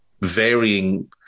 varying